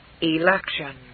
election